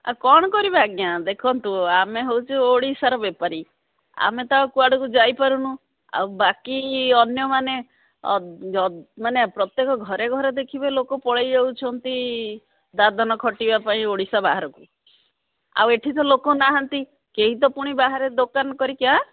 ଆ କ'ଣ କରିବେ ଆଜ୍ଞା ଦେଖନ୍ତୁ ଆମେ ହେଉଛୁ ଓଡ଼ିଶାର ବେପାରୀ ଆମେ ତ କୁଆଡ଼କୁ ଯାଇପାରୁନୁ ଆଉ ବାକି ଅନ୍ୟମାନେ ମାନେ ପ୍ରତ୍ୟେକ ଘରେ ଘରେ ଦେଖିବେ ଲୋକ ପଳେଇ ଯାଉଛନ୍ତି ଦାଦନ ଖଟିବା ପାଇଁ ଓଡ଼ିଶା ବାହାରକୁ ଆଉ ଏଠି ତ ଲୋକ ନାହାନ୍ତି କେହି ତ ପୁଣି ବାହାରେ ଦୋକାନ କରିକି ଆଁ